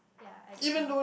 ya I don't know